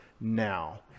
now